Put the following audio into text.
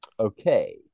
Okay